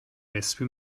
wespe